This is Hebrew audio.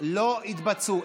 לא התבצעו.